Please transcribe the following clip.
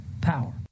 power